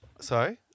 Sorry